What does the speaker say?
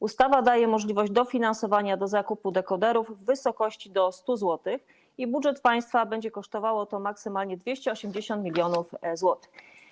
Ustawa daje możliwość dofinansowania do zakupu dekoderów w wysokości do 100 zł i budżet państwa będzie kosztowało to maksymalnie 280 mln zł.